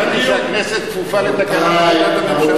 שהכנסת כפופה לתקנון החלטת הממשלה.